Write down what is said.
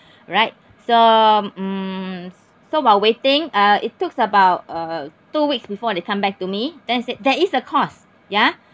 right so mm so while waiting uh it took about uh two weeks before they come back to me then they said there is a cost yeah